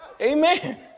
Amen